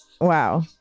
Wow